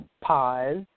pause